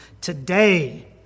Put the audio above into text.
today